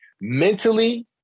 mentally